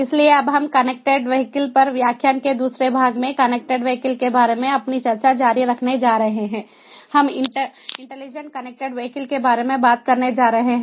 इसलिए अब हम कनेक्टेड वीहिकल पर व्याख्यान के दूसरे भाग में कनेक्टेड वीहिकल के बारे में अपनी चर्चा जारी रखने जा रहे हैं हम इंटेलिजेंट कनेक्टेड वीहिकल के बारे में बात करने जा रहे हैं